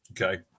Okay